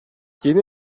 yeni